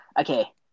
Okay